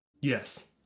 Yes